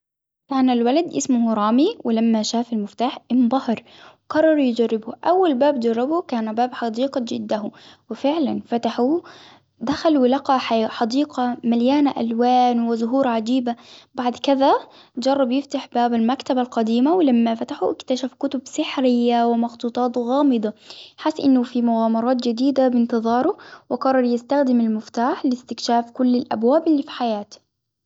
كان الولد إسمه رامي ولما شاف المفتاح إنبهر قرروا يجربوه، أول باب جربه كان باب حديقة جده، وفعلا فتحوه دخل ولقى حديقة مليانة ألوان وزهور عجيبة بعد كذا جرب يفتح باب المكتبة القديمة ولما فتحه إكتشف كتب سحر ومخطوطات غامضة. حق أنه في مغامرات جديدة بانتظاره وقرر يستخدم المفتاح لإستكشاف كل الأبواب اللي في حياته.